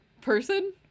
person